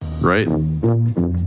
right